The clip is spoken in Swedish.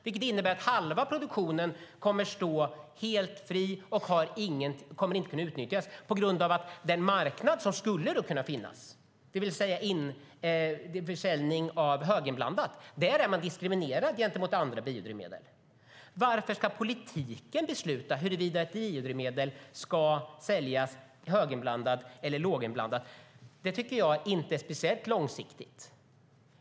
Det innebär att halva produktionen kommer att stå helt fri och inte kommer att kunna utnyttjas på grund av att man på den marknad som skulle kunna finnas, det vill säga försäljning av höginblandat, är diskriminerad gentemot andra biodrivmedel. Varför ska politiken besluta huruvida ett biodrivmedel ska säljas höginblandat eller låginblandat? Det tycker jag inte är speciellt långsiktigt.